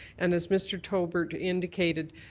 and as mr. tobert indicated,